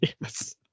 Yes